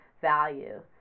value